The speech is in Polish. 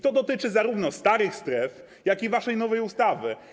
To dotyczy zarówno starych stref, jak i waszej nowej ustawy.